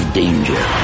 danger